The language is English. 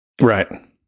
Right